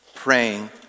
praying